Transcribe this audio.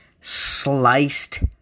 sliced